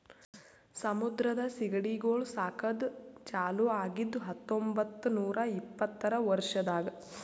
ಸಮುದ್ರದ ಸೀಗಡಿಗೊಳ್ ಸಾಕದ್ ಚಾಲೂ ಆಗಿದ್ದು ಹತೊಂಬತ್ತ ನೂರಾ ಇಪ್ಪತ್ತರ ವರ್ಷದಾಗ್